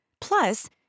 Plus